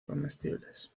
comestibles